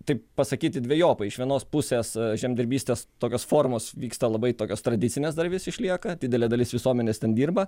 taip pasakyti dvejopai iš vienos pusės žemdirbystės tokios formos vyksta labai tokios tradicinės dar vis išlieka didelė dalis visuomenės ten dirba